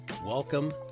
Welcome